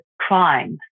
crime